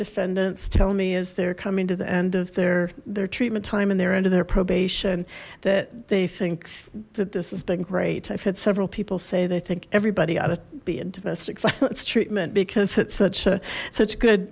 defendants tell me as they're coming to the end of their their treatment time and they're under their probation that they think that this has been great i've had several people say they think everybody ought to be in domestic violence treatment because it's such a such good